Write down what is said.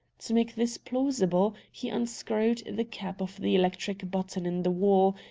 to make this plausible, he unscrewed the cap of the electric button in the wall,